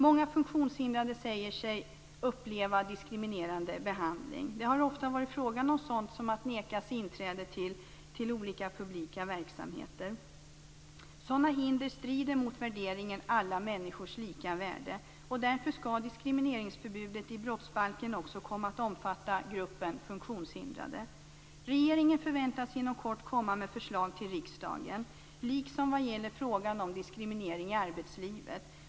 Många funktionshindrade säger att de upplever diskriminerande behandling. Det har ofta varit frågan om sådant som att nekas inträde till olika publika verksamheter. Sådana hinder strider mot värderingen om alla människors lika värde. Därför skall diskrimineringsförbudet i brottsbalken också komma att omfatta gruppen funktionshindrade. Regeringen förväntas inom kort komma med förslag till riksdagen. Det gäller även frågan om diskriminering i arbetslivet.